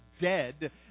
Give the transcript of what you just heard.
dead